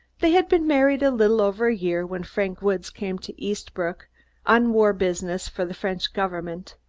they had been married a little over a year when frank woods came to eastbrook on war business for the french government.